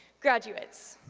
graduates,